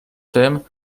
tym